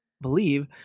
believe